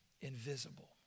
invisible